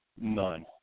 None